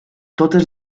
totes